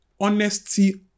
honesty